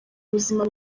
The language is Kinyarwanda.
buzima